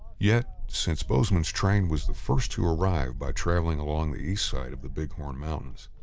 yet, since bozeman's train was the first to arrive by traveling along the east side of the bighorn mountains,